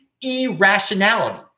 irrationality